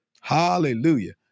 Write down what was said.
hallelujah